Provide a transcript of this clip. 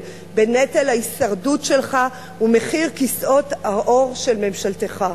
ההישרדות שלך ומחיר כיסאות העור של ממשלתך.